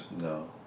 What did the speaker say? no